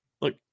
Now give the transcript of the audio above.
Look